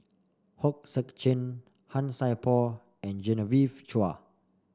Hong Sek Chern Han Sai Por and Genevieve Chua